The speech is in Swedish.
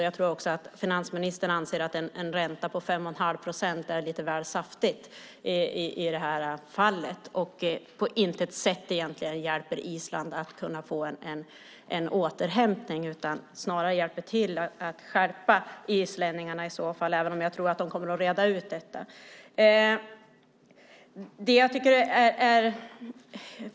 Jag tror att också finansministern anser att en ränta på 5 1⁄2 procent är lite väl saftig i det här fallet och egentligen på intet sätt hjälper Island till återhämtning utan snarare hjälper till att stjälpa islänningarna, även om jag tror att de kommer att reda ut detta.